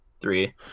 three